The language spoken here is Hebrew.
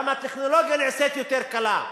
גם הטכנולוגיה נעשית יותר קלה,